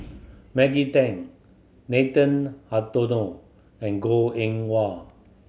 Maggie Teng Nathan Hartono and Goh Eng Wah